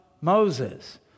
Moses